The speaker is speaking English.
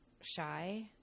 shy